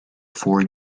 four